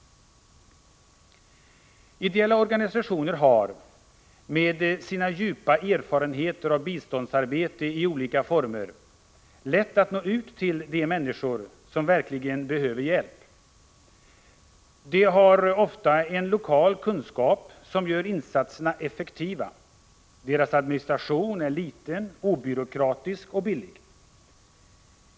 Ideella organisationer har, med sina djupa erfarenheter av biståndsarbete i olika former, lätt att nå ut till de människor som verkligen behöver hjälp. De har ofta en lokal kunskap som gör insatserna effektiva. Deras administration är liten, obyråkratisk och billig.